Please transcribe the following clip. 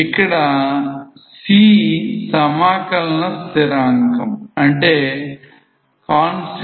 ఇక్కడ c సమాకలన స్థిరాంకం